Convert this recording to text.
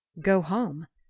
go home?